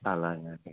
అలాగా అండి